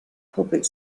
public